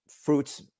fruits